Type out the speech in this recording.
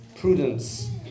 prudence